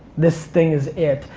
this thing is it,